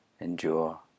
endure